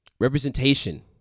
representation